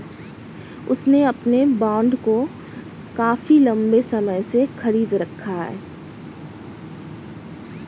उसने अपने बॉन्ड को काफी लंबे समय से खरीद रखा है